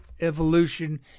evolution